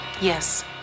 yes